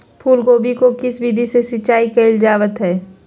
फूलगोभी को किस विधि से सिंचाई कईल जावत हैं?